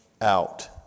out